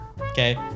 okay